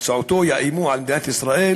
שבאמצעותו יאיימו על מדינת ישראל.